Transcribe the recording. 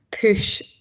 push